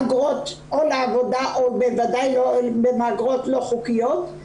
או מהגרות עבודה או מהגרות לא חוקיות.